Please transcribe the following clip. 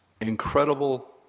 incredible